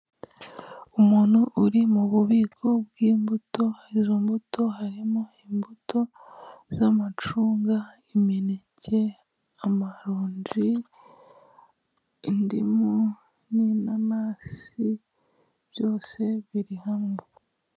Umuntu uri mu bubiko bw'imbuto izo mbuto harimo imbuto z'amacunga, imineke, amaronji, indimu, n'inanasi byose biri hamwe.